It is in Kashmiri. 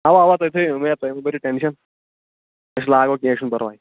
اَوا اَوا تُہۍ تھٲوِو اُمیٖد تُہۍ مٔہ بَرِو ٹینٛشَن أسۍ لَاگو کیٚنٛہہ چھُنہٕ پرواے